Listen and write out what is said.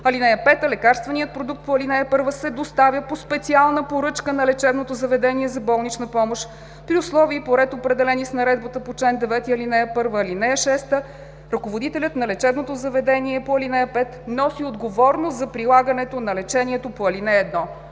ал. 1. (5) Лекарственият продукт по ал. 1 се доставя по специална поръчка на лечебното заведение за болнична помощ при условия и по ред, определени с наредбата по чл. 9, ал. 1. (6) Ръководителят на лечебното заведение по ал. 5 носи отговорност за прилагането на лечението по ал. 1.“